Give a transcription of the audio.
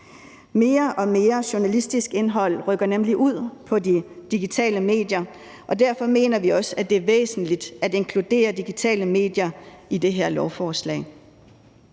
Mere og mere journalistisk indhold rykker nemlig ud på de digitale medier, og derfor mener vi også, at det er væsentligt at inkludere digitale medier i det her lovforslag.